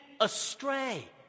astray